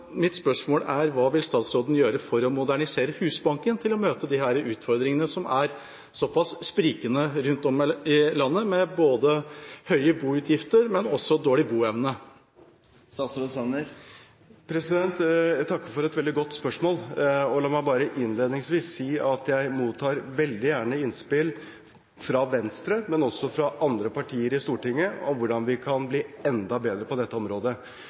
Mitt spørsmål er: Hva vil statsråden gjøre for å modernisere Husbanken, slik at de kan møte disse utfordringene som er såpass sprikende rundt om i landet, med både høye boutgifter og dårlig boevne? Jeg takker for et veldig godt spørsmål. La meg bare innledningsvis si at jeg mottar veldig gjerne innspill fra Venstre, men også fra andre partier i Stortinget, om hvordan vi kan bli enda bedre på dette området.